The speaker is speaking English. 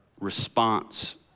response